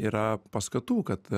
yra paskatų kad